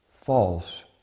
false